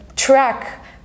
track